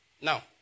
Now